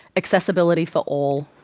accessibility for all,